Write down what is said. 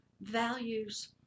values